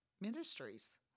ministries